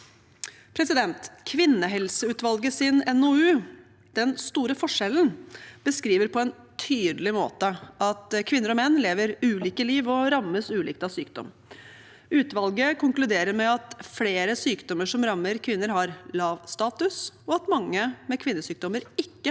2023. Kvinnehelseutvalgets NOU, Den store forskjellen, beskriver på en tydelig måte at kvinner og menn lever et ulikt liv og rammes ulikt av sykdom. Utvalget konkluderer med at flere sykdommer som rammer kvinner, har lav status, og at mange med kvinnesykdommer ikke